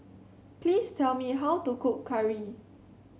please tell me how to cook curry